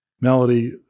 Melody